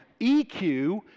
EQ